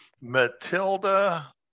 Matilda